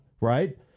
right